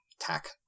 attack